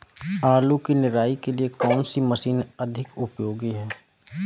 आलू की निराई के लिए कौन सी मशीन अधिक उपयोगी है?